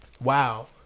Wow